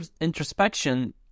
introspection